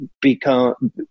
become